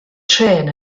trên